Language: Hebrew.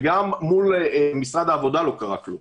גם מול משרד העבודה לא קרה כלום.